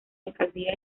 alcaldía